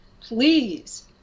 please